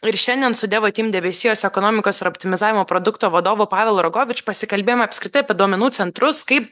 ir šiandien su devatim debesijos ekonomikos ir optimizavimo produkto vadovu pavelo rogovič pasikalbėjom apskritai apie duomenų centrus kaip